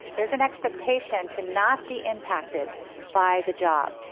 there's an expectation to not be impacted by the job,